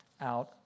out